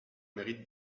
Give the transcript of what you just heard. mérite